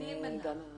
אני אמנע.